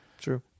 true